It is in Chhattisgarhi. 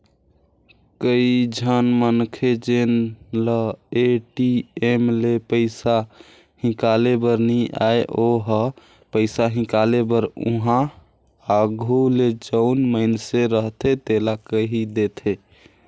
कइझन मनखे जेन ल ए.टी.एम ले पइसा हिंकाले बर नी आय ओ ह पइसा हिंकाले बर उहां आघु ले जउन मइनसे रहथे तेला कहि देथे